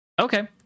Okay